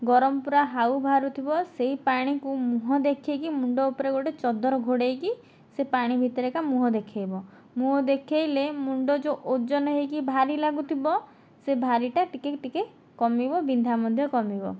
ଗରମ ପୁରା ହାଉ ବାହାରୁଥିବ ସେଇ ପାଣିକୁ ମୁହଁ ଦେଖେଇକି ମୁଣ୍ଡ ଉପରେ ଗୋଟେ ଚଦର ଘୋଡ଼େଇକି ସେଇ ପାଣି ଭିତରେ ଏକା ମୁହଁ ଦେଖେଇବ ମୁହଁ ଦେଖେଇଲେ ମୁଣ୍ଡ ଯେଉଁ ଓଜନ ହୋଇକି ଭାରି ଲାଗୁଥିବ ସେ ଭାରିଟା ଟିକେ ଟିକେ କମିବ ବିନ୍ଧା ମଧ୍ୟ କମିବ